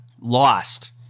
lost